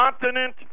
continent